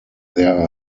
there